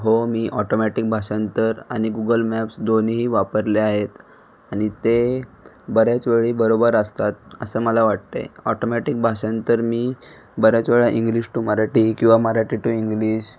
हो मी ऑटोमॅटिक भाषांतर आणि गुगल मॅप्स दोन्हीही वापरले आहेत आणि ते बऱ्याच वेळी बरोबर असतात असं मला वाटते ऑटोमॅटिक भाषांतर मी बऱ्याच वेळा इंग्लिश टू मराठी किंवा मराठी टू इंग्लिश